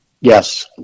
Yes